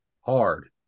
hard